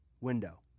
window